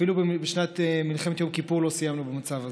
אפילו בשנת מלחמת יום כיפור לא סיימנו במצב הזה.